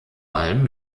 allem